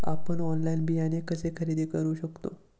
आपण ऑनलाइन बियाणे कसे खरेदी करू शकतो?